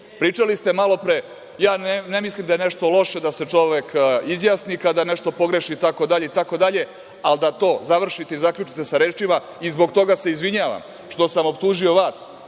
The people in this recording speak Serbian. pričali ste malopre – ne mislim da je nešto loše da se čovek izjasni kada čovek nešto pogreši itd, itd, ali da to završite i zaključite sa rečima – i zbog toga se izvinjavam što sam optužio vas